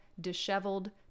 disheveled